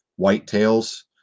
whitetails